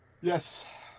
yes